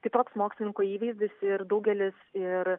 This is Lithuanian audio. kitoks mokslininko įvaizdis ir daugelis ir